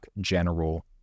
General